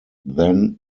then